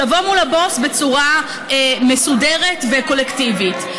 לבוא מול הבוס בצורה מסודרת וקולקטיבית.